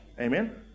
amen